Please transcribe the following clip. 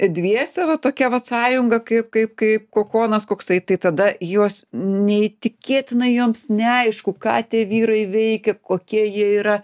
dviese va tokia vat sąjunga kaip kaip kaip kokonas koksai tai tada jos neįtikėtinai joms neaišku ką tie vyrai veikia kokie jie yra